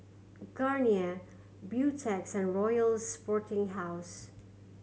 Garnier Beautex and Royal Sporting House